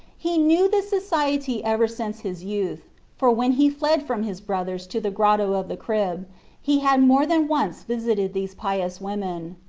he knew this society ever since his youth for when he fled from his brothers to the grotto of the crib he had more than once visited these pious women.